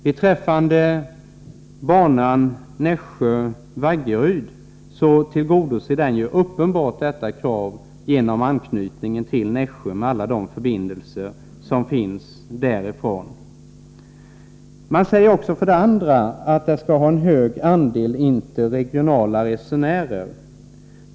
Beträffande banan Nässjö-Vaggeryd tillgodoser den uppenbart detta krav genom anknytningen till Nässjö med alla de förbindelser som finns därifrån. För det andra skall dessa banor ha en hög andel interregionala resenärer.